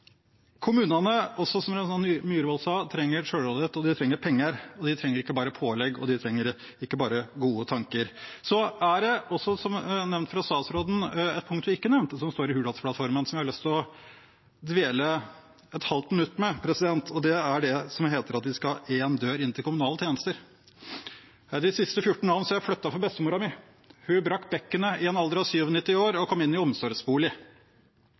Kommunene trenger selvråderett, som også representanten Myrvold sa, og de trenger penger. De trenger ikke bare pålegg, og de trenger ikke bare gode tanker. Så er det et punkt statsråden ikke nevnte, som står i Hurdalsplattformen, som jeg har lyst å dvele ved et halvt minutt. Det er det som heter at vi skal ha én dør inn til kommunale tjenester. De siste 14 dagene har jeg flyttet for bestemoren min. Hun brakk bekkenet i en alder av 97 år og kom inn i omsorgsbolig.